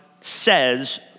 says